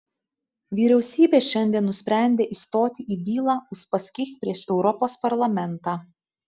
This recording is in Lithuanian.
vyriausybė šiandien nusprendė įstoti į bylą uspaskich prieš europos parlamentą